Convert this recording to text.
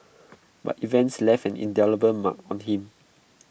but events left an indelible mark on him